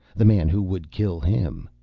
the man who would kill him,